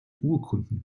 urkunden